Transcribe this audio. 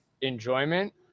enjoyment